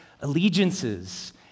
allegiances